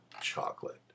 chocolate